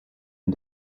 and